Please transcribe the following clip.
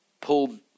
pulled